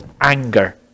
anger